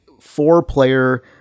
four-player